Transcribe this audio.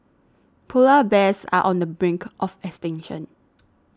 Polar Bears are on the brink of extinction